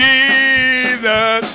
Jesus